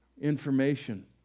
information